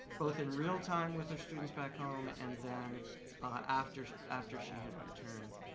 both in real time with her students back home, and then after after she had returned.